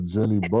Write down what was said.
Jenny